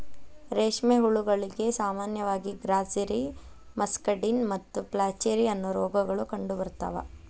ರೇಷ್ಮೆ ಹುಳಗಳಿಗೆ ಸಾಮಾನ್ಯವಾಗಿ ಗ್ರಾಸ್ಸೆರಿ, ಮಸ್ಕಡಿನ್ ಮತ್ತು ಫ್ಲಾಚೆರಿ, ಅನ್ನೋ ರೋಗಗಳು ಕಂಡುಬರ್ತಾವ